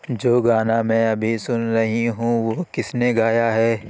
جو گانا میں ابھی سن رہی ہوں وہ کس نے گایا ہے